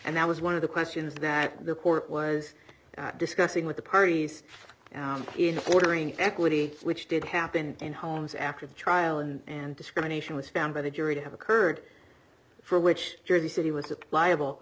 and that was one of the questions that the court was discussing with the parties in ordering equity which did happen in homes after the trial and discrimination was found by the jury to have occurred for which jersey city was liable